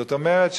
זאת אומרת,